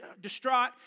distraught